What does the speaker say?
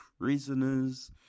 prisoners